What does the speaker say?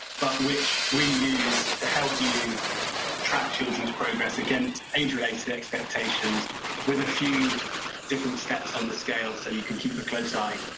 but which we use to help you track children's progress against age related expectations with a few different steps on the scale so you can keep a close eye.